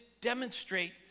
demonstrate